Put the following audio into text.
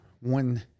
one